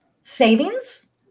savings